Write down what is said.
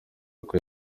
uko